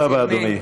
תודה רבה, אדוני.